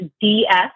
DS